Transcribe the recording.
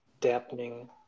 dampening